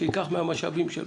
שייקח מהמשאבים שלו.